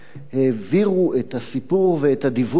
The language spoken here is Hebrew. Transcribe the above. העבירו את הסיפור ואת הדיווח,